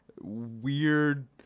weird